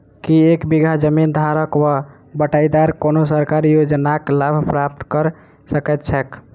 की एक बीघा जमीन धारक वा बटाईदार कोनों सरकारी योजनाक लाभ प्राप्त कऽ सकैत छैक?